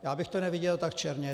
Já bych to neviděl tak černě.